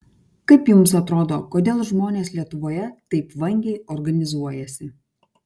kaip jums atrodo kodėl žmonės lietuvoje taip vangiai organizuojasi